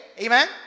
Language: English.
amen